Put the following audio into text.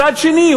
מצד שני,